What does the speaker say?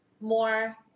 more